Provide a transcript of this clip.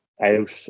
out